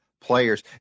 players